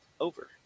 over